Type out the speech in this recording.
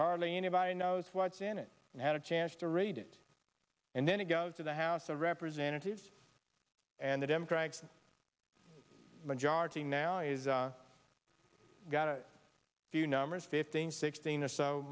hardly anybody knows what's in it and had a chance to read it and then to go to the house of representatives and a democratic majority now is got a few numbers fifteen sixteen or so